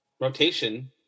rotation –